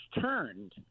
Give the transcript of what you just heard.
turned